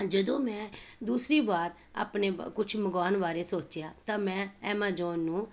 ਜਦੋਂ ਮੈਂ ਦੂਸਰੀ ਵਾਰ ਆਪਣੇ ਬ ਕੁਛ ਮੰਗਵਾਉਣ ਬਾਰੇ ਸੋਚਿਆ ਤਾਂ ਮੈਂ ਐਮਾਜੋਨ ਨੂੰ